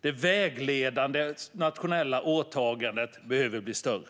Det vägledande nationella åtagandet behöver bli större.